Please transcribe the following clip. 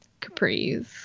capris